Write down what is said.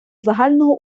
загального